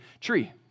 tree